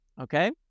Okay